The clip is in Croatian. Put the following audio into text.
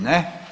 Ne.